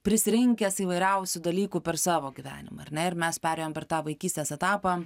prisirinkęs įvairiausių dalykų per savo gyvenimą ar ne ir mes perėjom per tą vaikystės etapą